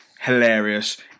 hilarious